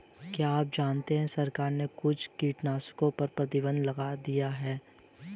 क्या आप जानते है सरकार ने कुछ कीटनाशकों पर प्रतिबंध लगा दिया है?